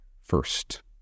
first